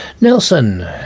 Nelson